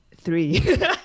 three